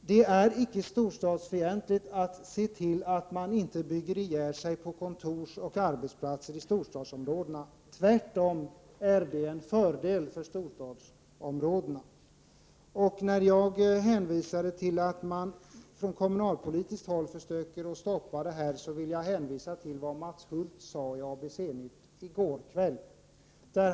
Det är icke storstadsfientligt att se till att man inte bygger ihjäl sig på kontor och arbetsplatser i storstadsområdena. Tvärtom är det en fördel för storstadsområdena. När jag hänvisade till att man från kommunalpolitiskt håll försöker stoppa det här, tänkte jag på vad Mats Hulth sade i ABC-nytt i går kväll.